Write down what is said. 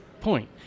point